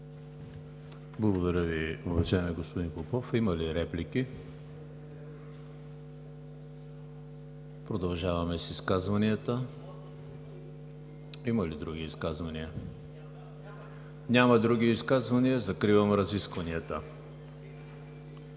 Благодаря Ви, уважаеми господин Попов. Има ли реплики? Продължаваме с изказванията. Има ли други изказвания? Няма. Закривам разискванията.